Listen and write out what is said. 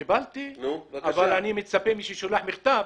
קיבלתי אבל אני מצפה ממי ששולח מכתב,